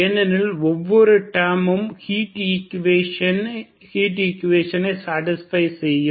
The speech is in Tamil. ஏனெனில் ஒவ்வொரு டேர்மும் ஹிட் ஈக்குவேஷனனை சடிஸ்பை செய்யும்